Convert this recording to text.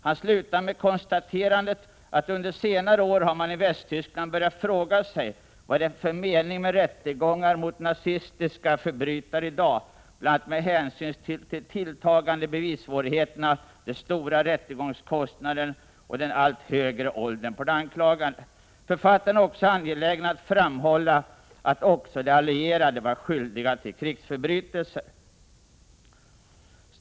Han slutar med konstaterandet att man under senare år i Västtyskland har börjat fråga sig vad det är för mening med rättegångarna mot nazistiska förbrytare i dag, bl.a. med hänsyn till de tilltagande bevissvårigheterna, de stora rättegångskostnaderna och den allt högre åldern på de anklagade. Författaren är också angelägen om att framhålla att även de allierade var skyldiga till krigsförbrytelser.